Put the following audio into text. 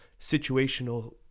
situational